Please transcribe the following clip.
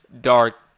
dark